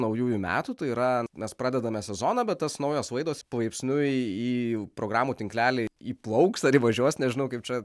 naujųjų metų tai yra mes pradedame sezoną bet tas naujos laidos palaipsniui į programų tinklelį įplauks ar įvažiuos nežinau kaip čia